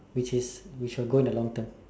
which is which will go in a long term